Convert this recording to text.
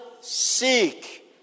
seek